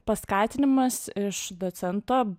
paskatinimas iš docento